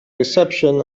reception